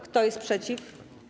Kto jest przeciw?